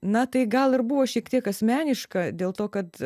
na tai gal ir buvo šiek tiek asmeniška dėl to kad